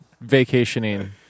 vacationing